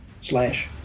Slash